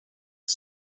you